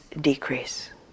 decrease